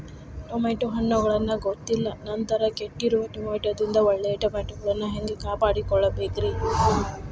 Tomato ಹಣ್ಣುಗಳನ್ನ ಗೊತ್ತಿಲ್ಲ ನಂತರ ಕೆಟ್ಟಿರುವ ಟಮಾಟೊದಿಂದ ಒಳ್ಳೆಯ ಟಮಾಟೊಗಳನ್ನು ಹ್ಯಾಂಗ ಕಾಪಾಡಿಕೊಳ್ಳಬೇಕರೇ?